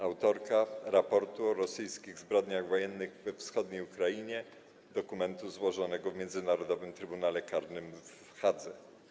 Autorka raportu o rosyjskich zbrodniach wojennych na wschodniej Ukrainie, dokumentu złożonego w Międzynarodowym Trybunale Karnym w Hadze.